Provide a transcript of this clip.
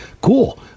cool